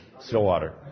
Stillwater